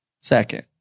Second